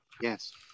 Yes